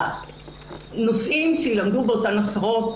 הנושאים שיילמדו באותן הכשרות,